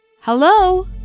Hello